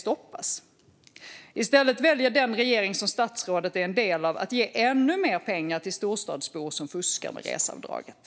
I stället väljer den regering som statsrådet är en del av att ge ännu mer pengar till storstadsbor som fuskar med reseavdraget.